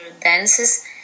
dances